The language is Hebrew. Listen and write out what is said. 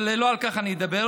אבל לא על כך אני אדבר.